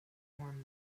form